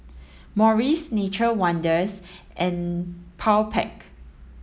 Morries Nature Wonders and Powerpac